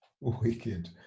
Wicked